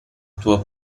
tuo